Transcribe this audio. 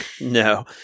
No